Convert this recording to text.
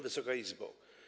Wysoka Izbo!